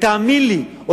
ותאמין לי,